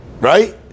Right